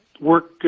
work